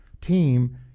team –